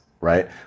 right